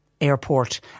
airport